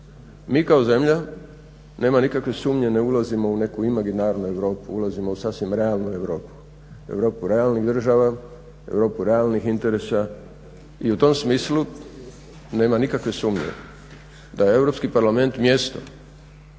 Mi kako zemlja nema nikakve sumnje ne ulazimo u neku imaginarnu Europu, ulazimo u sasvim realnu Europu. Europu realnih država, Europu realnih interesa i u tom smislu nema nikakve sumnje da je Europski parlament mjesto